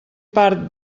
part